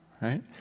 right